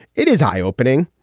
it is eye opening.